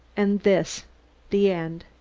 and this the end!